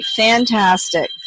Fantastic